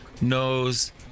knows